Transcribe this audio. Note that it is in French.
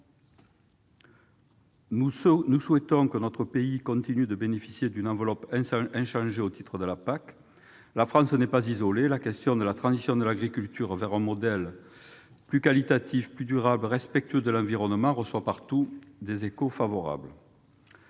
Nous souhaitons que notre pays continue de bénéficier d'une enveloppe inchangée au titre de la PAC. La France n'est pas isolée ; la question de la transition de l'agriculture vers un modèle plus qualitatif, plus durable et respectueux de l'environnement reçoit partout des échos favorables.